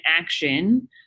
action